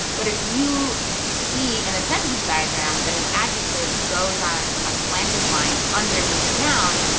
but if you see in a sentence diagram that an adjective goes on a slanted line underneath a noun,